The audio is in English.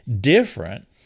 different